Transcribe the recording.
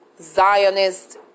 Zionist